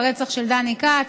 ברצח של דני כץ.